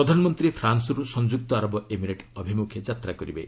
ପ୍ରଧାନମନ୍ତ୍ରୀ ଫ୍ରାନ୍ସରୁ ସଂଯୁକ୍ତ ଆରବ ଏମିରେଟ୍ ଅଭିମୁଖେ ଯାତ୍ରା କରିବେ